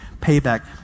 payback